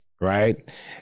right